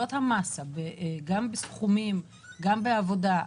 זאת המאסה בסכומים ובעבודה.